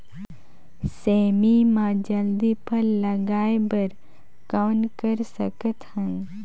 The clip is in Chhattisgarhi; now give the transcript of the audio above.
सेमी म जल्दी फल लगाय बर कौन कर सकत हन?